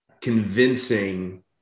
convincing